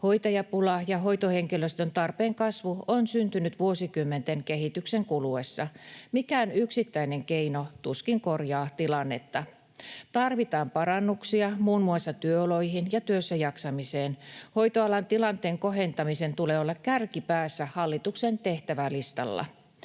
Hoitajapula ja hoitohenkilöstön tarpeen kasvu on syntynyt vuosikymmenten kehityksen kuluessa. Mikään yksittäinen keino tuskin korjaa tilannetta, tarvitaan parannuksia muun muassa työoloihin ja työssäjaksamiseen. Hoitoalan tilanteen kohentamisen tulee olla kärkipäässä hallituksen tehtävälistalla.